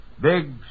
big